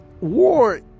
war